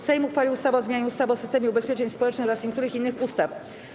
Sejm uchwalił ustawę o zmianie ustawy o systemie ubezpieczeń społecznych oraz niektórych innych ustaw.